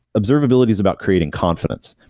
observability is about creating confidence.